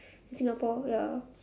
singapore ya